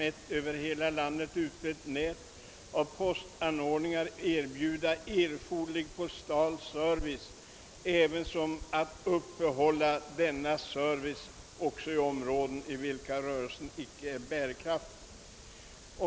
ett över hela landet utbrett nät av postanordningar erbjuda erforderlig postal service ävensom att uppehålla denna service också i områden i vilka rörelsen inte är bärkraftig».